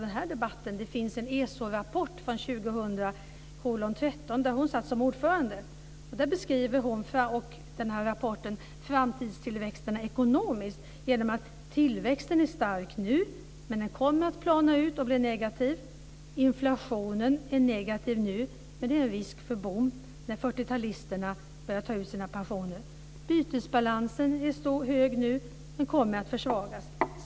Hon satt som ordförande för en ESO-rapport som togs fram, 2000:13. I den rapporten beskrivs hur framtidsutsikterna ser ut ekomomiskt. Tillväxten är nu stark, men den kommer att plana ut och bli negativ. Inflationen är nu negativ, men det är risk för boom när 40-talisterna börjar ta ut sina pensioner. Bytesbalansen är nu positiv, men den kommer att försvagas.